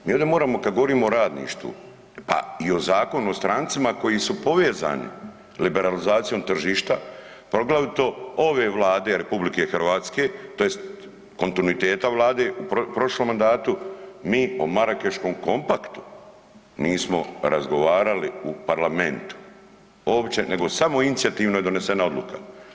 Mi ovdje moramo kad govorimo o radništvu pa i o Zakonu o strancima koji su povezani liberalizacijom tržišta poglavito ove Vlade RH tj. kontinuiteta Vlade u prošlom mandatu, mi o Marakeškom kompaktu nismo razgovarali u parlamentu uopće nego samoinicijativno je donesena odluka.